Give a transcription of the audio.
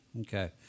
Okay